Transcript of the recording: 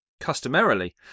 Customarily